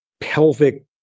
pelvic